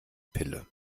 pille